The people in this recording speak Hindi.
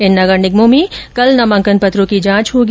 इन नगर निगमों में कल नामांकन पत्रों की जांच होगी